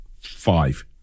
five